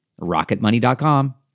Rocketmoney.com